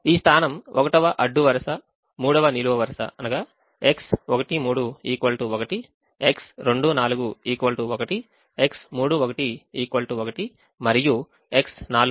ఈ స్థానం 1వ అడ్డు వరుస 3వ నిలువు వరుస X13 1 X24 1 X31 1 మరియు X42 1